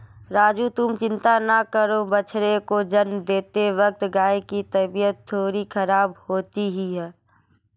राजू तुम चिंता ना करो बछड़े को जन्म देते वक्त गाय की तबीयत थोड़ी खराब होती ही है